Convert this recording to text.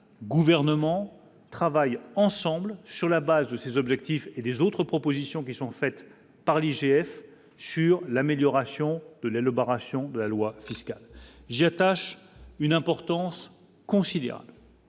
gouvernement travaillent ensemble sur la base de ces objectifs et des autres propositions qui sont faites par l'IGF sur l'amélioration de la le bar ration de la loi fiscale j'y attache une importance considérable.